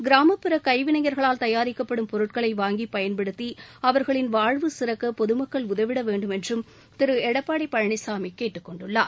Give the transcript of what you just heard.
கிராமப்புற கைவிளைஞர்களால் தயாரிக்கப்படும் பொருட்களைவாங்கிபயன்படுத்திஅவர்களின் வாழ்வு சிறக்கபொதுமக்கள் உதவிடவேண்டும் என்றுதிருஎடப்பாடிபழனிசாமிகேட்டுக்கொண்டுள்ளார்